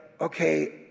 okay